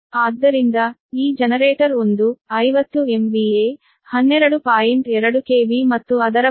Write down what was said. ಆದ್ದರಿಂದ ಈ generator 1 50 MVA 12